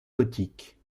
gothique